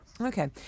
Okay